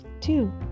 two